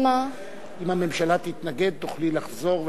תוכלי לחזור,